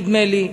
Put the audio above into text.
נדמה לי,